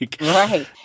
Right